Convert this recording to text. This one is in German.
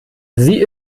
sie